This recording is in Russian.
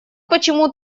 почему